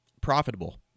Profitable